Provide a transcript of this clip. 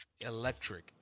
electric